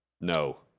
No